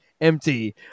empty